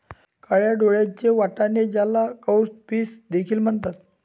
काळ्या डोळ्यांचे वाटाणे, ज्याला काउपीस देखील म्हणतात